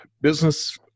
business